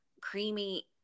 creamy